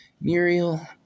Muriel